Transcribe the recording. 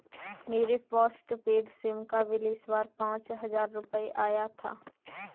मेरे postpaid SIM का bill इस बार पाँच हजार रुपए आया था